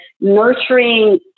nurturing